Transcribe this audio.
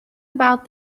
about